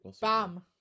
bam